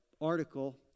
article